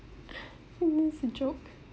I miss the joke